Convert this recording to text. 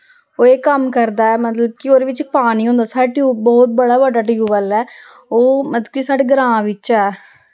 ओह् एह् कम्म करदा ऐ मतलब कि ओह्दे बिच्च पानी होंदा साढ़े टयूब बोह्त बड़ा बड्डा टयूबवैल ऐ ओह् मतलब कि साढ़े ग्रांऽ बिच्च ऐ